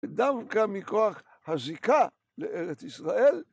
ודווקא מכוח הזיקה לארץ ישראל.